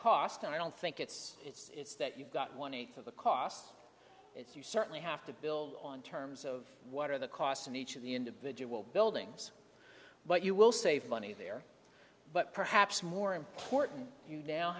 cost i don't think it's it's that you've got one eighth of the cost it's you certainly have to build on terms of what are the costs in each of the individual buildings but you will save money there but perhaps more important you now